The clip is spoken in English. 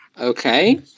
Okay